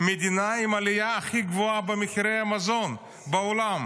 היא המדינה עם העלייה הכי גבוהה במחירי המזון בעולם.